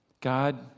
God